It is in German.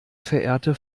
verehrte